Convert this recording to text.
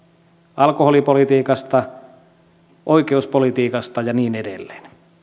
alkoholipolitiikasta oikeuspolitiikasta ja niin edelleen